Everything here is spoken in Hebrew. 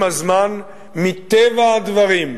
עם הזמן, מטבע הדברים,